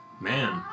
Man